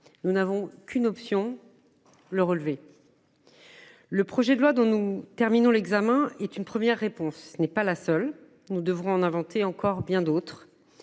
Nous n’avons qu’une seule option : le relever. Le projet de loi dont nous terminons l’examen est une première réponse. Ce n’est pas la seule, nous devrons en inventer encore bien d’autres.